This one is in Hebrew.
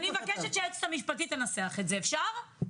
אני מבקשת שהיועצת המשפטית תנסח את זה, אפשר?